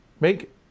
make